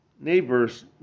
neighbors